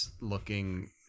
looking